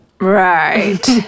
Right